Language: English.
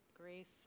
grace